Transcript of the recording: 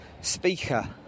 speaker